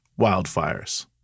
wildfires